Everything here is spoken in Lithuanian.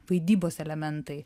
vaidybos elementai